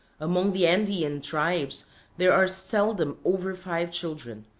among the andean tribes there are seldom over five children,